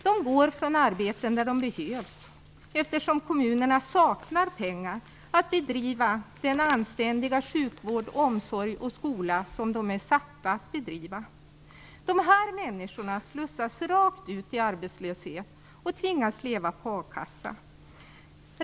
De går från arbeten där de behövs, eftersom kommunerna saknar pengar att bedriva den anständiga sjukvård, omsorg och skola som de är satta att bedriva. De här människorna slussas rakt ut i arbetslöshet och tvingas leva på a-kassa.